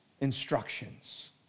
instructions